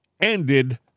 ended